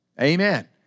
Amen